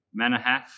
Manahath